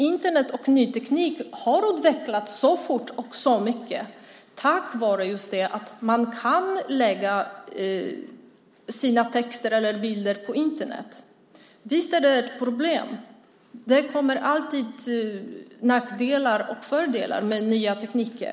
Internet och ny teknik har utvecklats så fort och så mycket just tack vare att man kan lägga sina texter eller bilder på Internet. Visst är det ett problem. Det kommer alltid att finnas nackdelar och fördelar med nya tekniker.